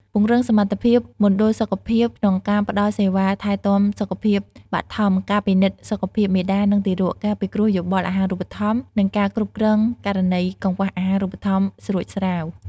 ពង្រឹងសមត្ថភាពមណ្ឌលសុខភាពក្នុងការផ្តល់សេវាថែទាំសុខភាពបឋម ការពិនិត្យសុខភាពមាតា និងទារក ការពិគ្រោះយោបល់អាហារូបត្ថម្ភ និងការគ្រប់គ្រងករណីកង្វះអាហារូបត្ថម្ភស្រួចស្រាវ។